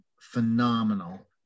phenomenal